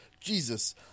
jesus